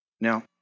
Now